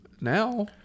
now